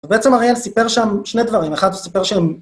ובעצם אריאל סיפר שם שני דברים, אחד הוא סיפר שהם...